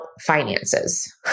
finances